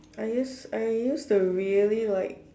I use I used to really like